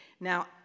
Now